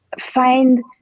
find